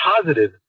positive